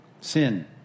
Sin